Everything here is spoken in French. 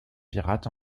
pirates